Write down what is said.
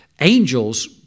angels